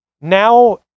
Now